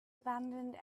abandoned